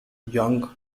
young